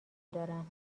دارم